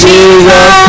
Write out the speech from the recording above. Jesus